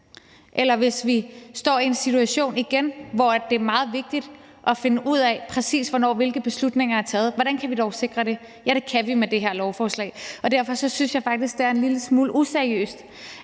eller hvis vi igen står i en situation, hvor det er meget vigtigt at finde ud af, præcis hvornår hvilke beslutninger er taget? Hvordan kan vi dog sikre det? Ja, det kan vi med det her lovforslag. Og derfor synes jeg faktisk, det er en lille smule useriøst,